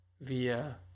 via